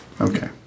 Okay